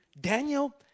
Daniel